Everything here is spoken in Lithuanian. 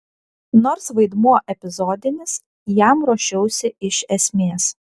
nors vaidmuo epizodinis jam ruošiausi iš esmės